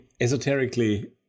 esoterically